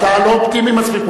אתה לא אופטימי מספיק.